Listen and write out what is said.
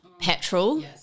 petrol